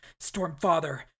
Stormfather